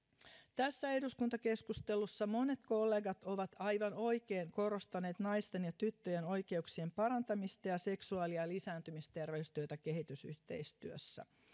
tässä eduskuntakeskustelussa monet kollegat ovat aivan oikein korostaneet naisten ja tyttöjen oikeuksien parantamista ja seksuaali ja ja lisääntymisterveystyötä kehitysyhteistyössä